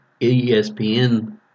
ESPN